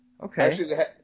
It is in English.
Okay